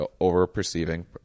over-perceiving